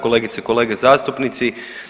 Kolegice i kolege zastupnici.